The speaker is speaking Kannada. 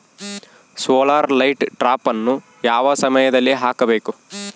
ಸೋಲಾರ್ ಲೈಟ್ ಟ್ರಾಪನ್ನು ಯಾವ ಸಮಯದಲ್ಲಿ ಹಾಕಬೇಕು?